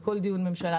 בכל דיון ממשלה.